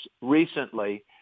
recently